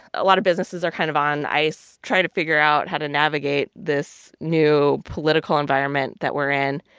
a lot of businesses are kind of on ice trying to figure out how to navigate this new political environment that we're in.